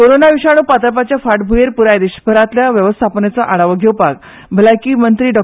कोरोना विषाणू पातळपाच्या फाटभूयेंर प्राय देशभरातल्या वेवस्थापनेचो आढावो घेवपाक भलायकी मंत्री डॉ